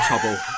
trouble